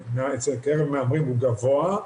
אבל כשאתה אומר שלרוב זה בני המשפחה שפונים,